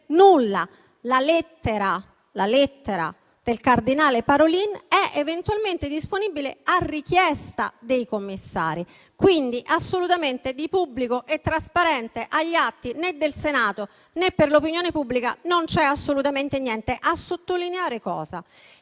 La lettera del cardinale Parolin è eventualmente disponibile a richiesta dei commissari, quindi di pubblico e trasparente agli atti del Senato, per l'opinione pubblica non c'è assolutamente niente. Voglio